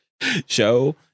show